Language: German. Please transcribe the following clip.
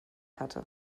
hatte